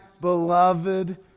beloved